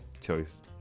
choice